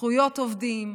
זכויות עובדים,